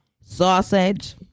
sausage